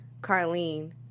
Carlene